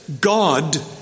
God